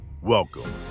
Welcome